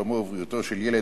שלומו ובריאותו של ילד,